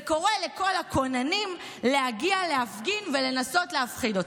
וקורא לכל הכוננים להגיע להפגין ולנסות להפחיד אותי.